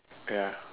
ya